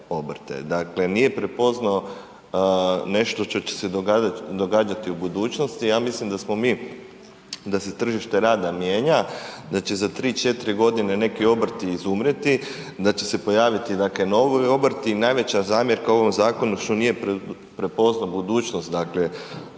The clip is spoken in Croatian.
dakle nije prepoznao nešto što će se događati u budućnosti. Ja mislim da smo mi, da se tržište rada mijenja, da će za 3, 4 godine neki obrti izumrijeti, da će se pojaviti dakle novi obrti i najveća zamjerka u ovom zakonu, što nije prepoznao budućnost dakle,